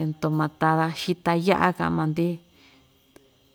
entomatada xita yaꞌa kaꞌan maa‑ndi.